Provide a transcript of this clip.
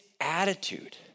attitude